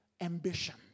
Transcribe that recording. ambition